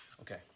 Okay